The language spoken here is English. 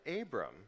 Abram